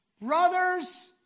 brothers